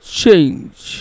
change